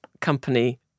company